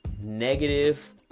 negative